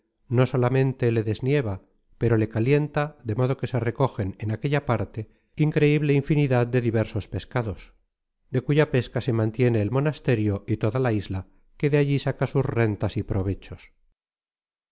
no solamente le desnieva pero le calienta de modo que se recogen en aquella parte increible infinidad de diversos pescados de cuya pesca se mantiene el monasterio y toda la isla que de allí saca sus rentas y provechos